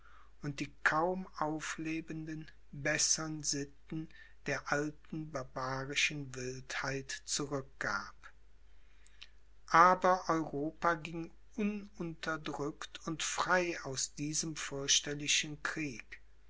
und die kaum auflebenden bessern sitten der alten barbarischen wildheit zurückgab aber europa ging ununterdrückt und frei aus diesem fürchterlichen krieg